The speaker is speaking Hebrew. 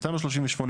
בתמ"א 38,